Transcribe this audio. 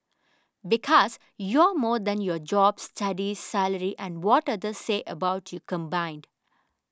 because you're more than your job studies salary and what others say about you combined